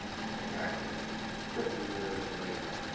exactly fifty years later,